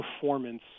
performance